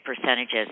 percentages